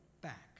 back